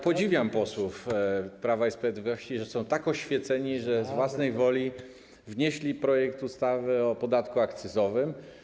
Podziwiam posłów Prawa i Sprawiedliwości, że są tak oświeceni, że z własnej woli wnieśli projekt ustawy o podatku akcyzowym.